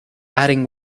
adding